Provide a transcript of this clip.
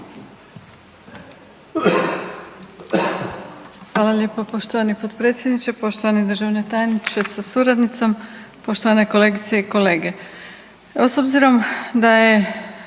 Hvala lijepo poštovani potpredsjedniče, poštovani državni tajniče sa suradnicom, poštovane kolegice i kolege. Evo, s obzirom da je